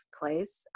place